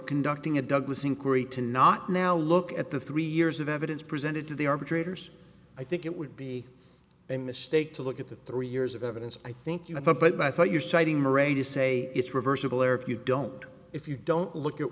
conducting a douglas inquiry to not now look at the three years of evidence presented to the arbitrators i think it would be a mistake to look at the three years of evidence i think you have a but i thought your citing moray to say it's reversible error if you don't if you don't look at